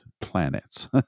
planets